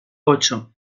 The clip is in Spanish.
ocho